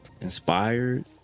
inspired